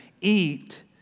Eat